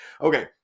Okay